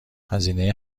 هزینه